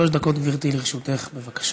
שלוש דקות לרשותך, גברתי, בבקשה.